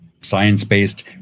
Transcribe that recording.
science-based